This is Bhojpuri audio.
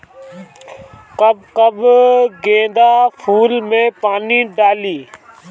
कब कब गेंदा फुल में पानी डाली?